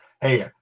hey